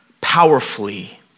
powerfully